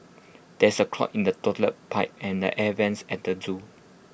there is A clog in the Toilet Pipe and the air Vents at the Zoo